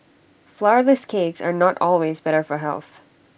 Flourless Cakes are not always better for health